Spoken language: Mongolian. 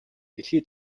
дэлхий